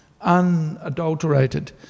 unadulterated